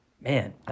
man